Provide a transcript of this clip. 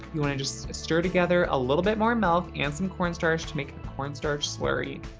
you wanna just stir together a little bit more milk and some cornstarch to make a cornstarch slurry.